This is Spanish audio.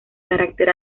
carácter